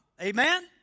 Amen